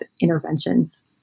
interventions